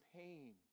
pain